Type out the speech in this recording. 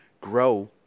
grow